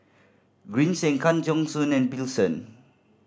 Green Zeng Kang Siong and Bill